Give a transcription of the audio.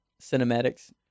cinematics